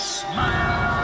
smile